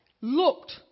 looked